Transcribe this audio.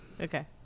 Okay